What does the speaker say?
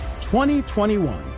2021